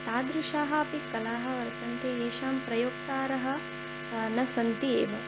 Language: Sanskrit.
तादृशाः अपि कलाः वर्तन्ते येषां प्रयोक्तारः न सन्ति एव